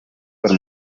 por